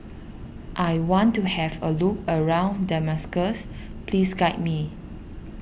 I want to have a look around Damascus please guide me